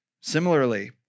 Similarly